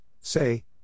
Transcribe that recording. say